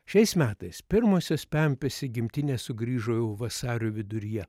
šiais metais pirmosios pempės į gimtinę sugrįžo jau vasario viduryje